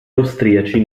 austriaci